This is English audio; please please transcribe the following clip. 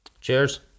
cheers